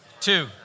two